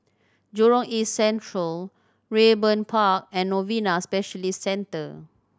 Jurong East Central Raeburn Park and Novena Specialist Centre